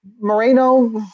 Moreno